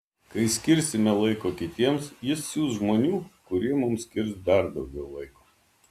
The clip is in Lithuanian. kai skirsime laiko kitiems jis siųs žmonių kurie ir mums skirs dar daugiau laiko